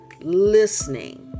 listening